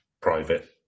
private